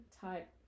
type